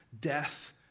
death